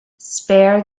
spare